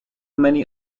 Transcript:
many